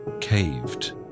caved